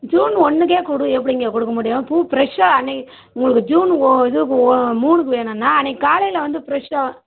June ஒன்றுக்கே கொடு எப்படிங்க கொடுக்க முடியும் பூ ஃப்ரெஷ்ஷாக அன்றைக்கி உங்களுக்கு ஜூன் ஓ இதுக்கு ஓ மூணுக்கு வேணும்னா அன்றைக்கி காலையில வந்து ஃப்ரெஷ்ஷாக